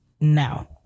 now